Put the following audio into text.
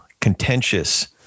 contentious